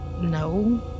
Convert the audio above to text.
no